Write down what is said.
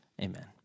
Amen